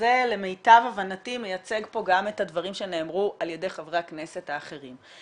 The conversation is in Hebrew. זה למיטב הבנתי מייצג פה גם את הדברים שנאמרו על ידי חברי הכנסת האחרים.